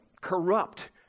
corrupt